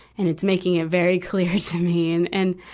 and it's making it very clear to me. and and,